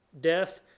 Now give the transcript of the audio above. death